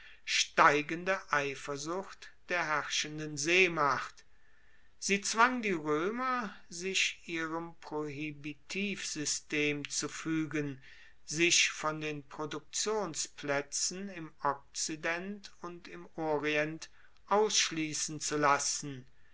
steigende eifersucht der herrschenden seemacht sie zwang die roemer sich ihrem prohibitivsystem zu fuegen sich von den produktionsplaetzen im okzident und im orient ausschliessen zu lassen